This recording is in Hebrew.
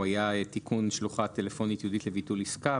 הוא היה: תיקון שלוחה טלפונית ייעודית לביטול עסקה,